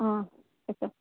ah yes sir